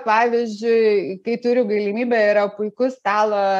pavyzdžiui kai turiu galimybę yra puikus stalo